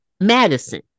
Madison